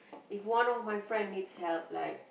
if one of my friend needs help like